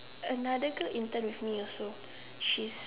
another girl intern with me also she's